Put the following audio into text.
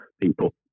people